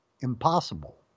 impossible